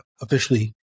officially